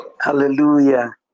Hallelujah